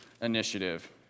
initiative